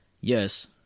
Yes